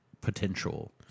potential